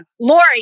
Lori